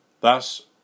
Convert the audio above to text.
Thus